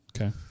Okay